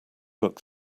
look